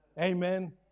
Amen